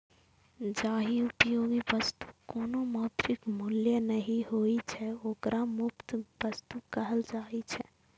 जाहि उपयोगी वस्तुक कोनो मौद्रिक मूल्य नहि होइ छै, ओकरा मुफ्त वस्तु कहल जाइ छै